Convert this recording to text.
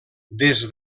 des